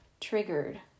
triggered